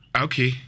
Okay